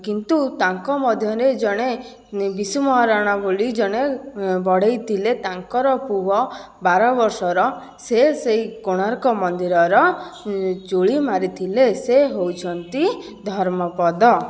କିନ୍ତୁ ତାଙ୍କ ମଧ୍ୟରେ ଜଣେ ବିଶୁ ମହାରଣା ବୋଲି ଜଣେ ବଢ଼େଇ ଥିଲେ ତାଙ୍କର ପୁଅ ବାର ବର୍ଷର ସେ ସେହି କୋଣାର୍କ ମନ୍ଦିରର ଚୂଳି ମାରିଥିଲେ ସେ ହେଉଛନ୍ତି ଧର୍ମପଦ